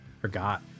forgot